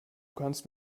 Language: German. kannst